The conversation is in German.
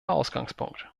ausgangspunkt